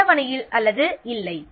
இந்த அட்டவணையில் அது இல்லை